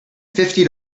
fifty